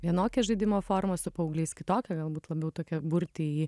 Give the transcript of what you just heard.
vienokia žaidimo forma su paaugliais kitokia galbūt labiau tokia burti į